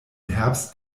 herbst